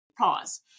Pause